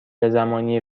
زمانی